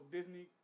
Disney